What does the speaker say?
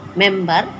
member